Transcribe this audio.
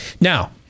Now